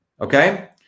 okay